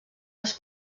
les